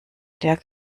der